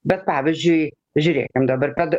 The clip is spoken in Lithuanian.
bet pavyzdžiui žiūrėkim dabar kad